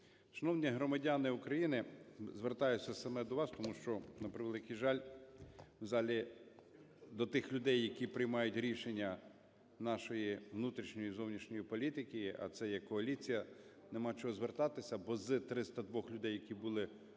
Шановні громадяни України, звертаюся саме до вас, тому що, на превеликий жаль, в залі, до тих людей, які приймають рішення нашої внутрішньої і зовнішньої політики, а це є коаліція, нема чого звертатися, бо з 302 людей, які були у